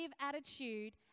attitude